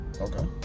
Okay